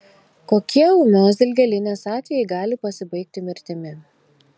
kokie ūmios dilgėlinės atvejai gali pasibaigti mirtimi